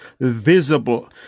visible